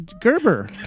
Gerber